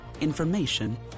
information